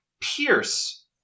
Pierce